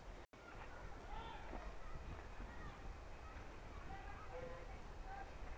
PAN card ಇಲ್ಲದ ಎಷ್ಟರವರೆಗೂ ರೊಕ್ಕ ವರ್ಗಾವಣೆ ಮಾಡಬಹುದು?